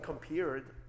compared